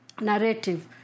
narrative